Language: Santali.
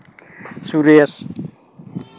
ᱥᱩᱨᱮᱥ